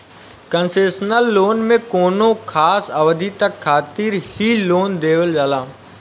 concessional loan में कौनो खास अवधि तक खातिर ही लोन देवल जाला